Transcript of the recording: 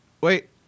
wait